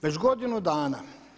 Već godinu dana.